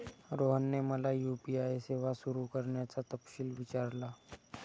रोहनने मला यू.पी.आय सेवा सुरू करण्याचा तपशील विचारला